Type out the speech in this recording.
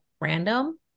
random